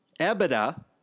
EBITDA